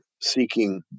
seeking